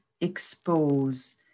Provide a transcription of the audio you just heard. expose